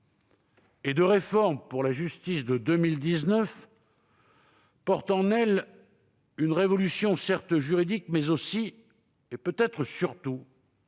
et de réforme pour la justice porte en elle une révolution, certes juridique, mais aussi et peut-être surtout culturelle.